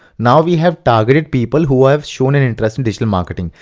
now we have targeted people who have shown an interest in digital marketing.